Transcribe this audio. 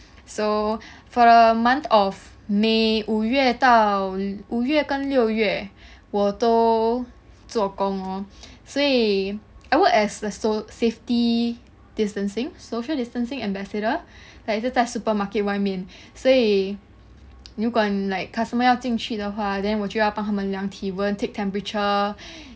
so for the month of may 五月到五月跟六月我都作工 lor 所以 I worked as the so~ safety distancing social distancing ambassador like 一直在 supermarket 外面所以如果 like customer 要进去的话 then 我就要帮他们量体温 take temperature